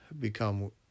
become